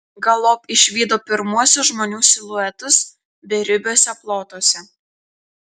galop išvydo pirmuosius žmonių siluetus beribiuose plotuose